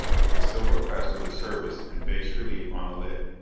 with the silver crest of the service in bas-relief on the lid.